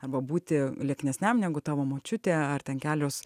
arba būti lieknesniam negu tavo močiutė ar kelios